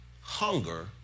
hunger